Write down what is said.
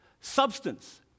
substance